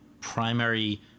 primary